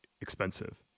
expensive